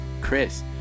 Chris